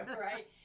right